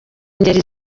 ngeri